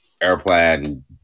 airplane